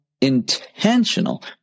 intentional